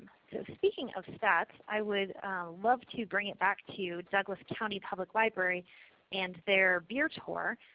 so speaking of stats i would love to bring it back to douglas county public library and their beer tour.